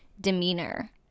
demeanor